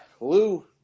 Lou